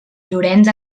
llorenç